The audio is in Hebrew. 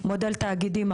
מודל תאגידים,